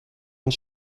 und